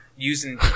using